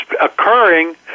occurring